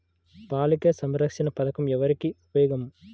బాలిక సంరక్షణ పథకం ఎవరికి ఉపయోగము?